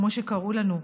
כמו שקראו לנו,